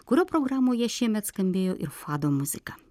kurio programoje šiemet skambėjo ir fado muzika